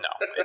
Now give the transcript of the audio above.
no